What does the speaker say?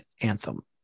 Anthem